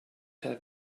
have